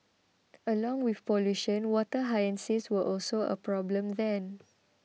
along with pollution water hyacinths were also a problem then